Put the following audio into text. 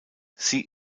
sie